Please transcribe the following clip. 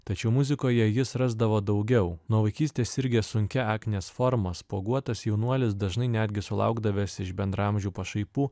tačiau muzikoje jis rasdavo daugiau nuo vaikystės sirgęs sunkia aknės forma spuoguotas jaunuolis dažnai netgi sulaukdavęs iš bendraamžių pašaipų